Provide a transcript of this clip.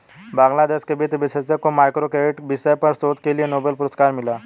बांग्लादेश के वित्त विशेषज्ञ को माइक्रो क्रेडिट विषय पर शोध के लिए नोबेल पुरस्कार मिला